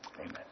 Amen